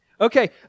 Okay